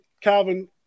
Calvin